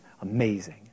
Amazing